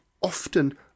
often